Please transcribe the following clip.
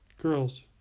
girls